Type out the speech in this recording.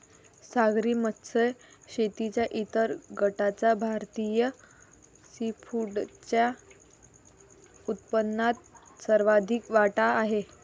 सागरी मत्स्य शेतीच्या इतर गटाचा भारतीय सीफूडच्या उत्पन्नात सर्वाधिक वाटा आहे